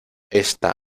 ésta